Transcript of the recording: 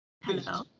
hello